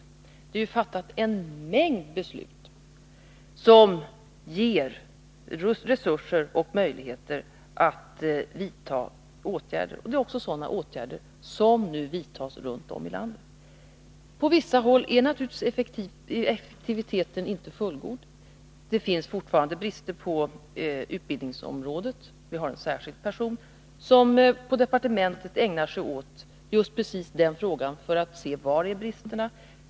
Men det har ju fattats en mängd beslut som ger resurser och möjligheter att vidta åtgärder. Det är också sådana åtgärder som nu vidtas runt om i landet. På vissa håll är naturligtvis effektiviteten inte fullgod. Det finns fortfarande brister på utbildningsområdet. Vi har en särskild person som på departementet ägnar sig åt just den frågan för att undersöka: Var finns bristerna?